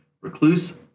Recluse